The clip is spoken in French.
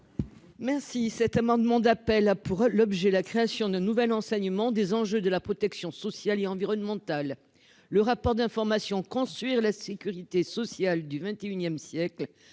Même si cet amendement d'appel à pour l'objet la création de nouvelles enseignement des enjeux de la protection sociale et environnementale, le rapport d'information construire la sécurité sociale du XXIe siècle